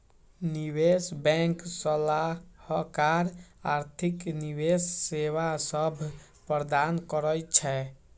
निवेश बैंक सलाहकार आर्थिक निवेश सेवा सभ प्रदान करइ छै